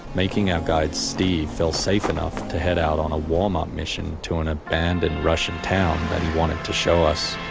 making our guide steve feel safe enough to head out on a warm-up mission to an abandoned russian town that he wanted to show us.